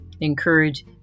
encourage